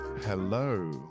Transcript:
Hello